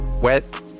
Wet